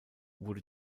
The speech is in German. wurde